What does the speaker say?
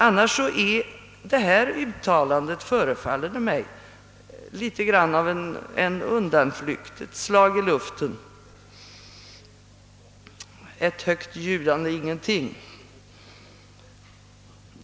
Annars förefaller detta uttalande att vara något av en undanflykt, ett slag i luften, ett högt ljudande ingenting.